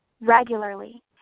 regularly